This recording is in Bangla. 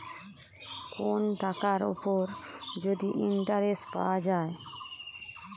কোন টাকার উপর যদি ইন্টারেস্ট পাওয়া যায়